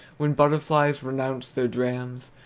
when butterflies renounce their drams,